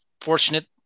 fortunate